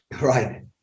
Right